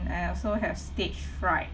and also have stage fright